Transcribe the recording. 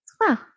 Wow